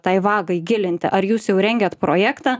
tai vagai gilinti ar jūs jau rengiat projektą